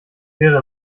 wäre